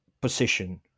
position